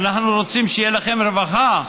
אנחנו רוצים שתהיה לכם רווחה,